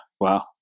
wow